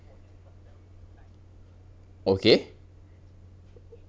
okay